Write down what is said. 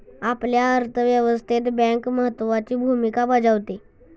आपल्या अर्थव्यवस्थेत बँक महत्त्वाची भूमिका बजावते